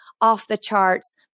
off-the-charts